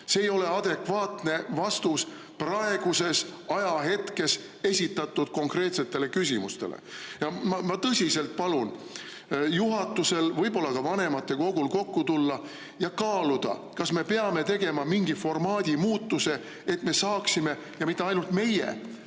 See ei ole adekvaatne vastus praeguses ajahetkes esitatud konkreetsele küsimusele. Ma tõsiselt palun juhatusel, võib-olla ka vanematekogul kokku tulla ja kaaluda, kas me peame tegema mingi formaadimuutuse, et me hakkaks saama – ja mitte ainult meie,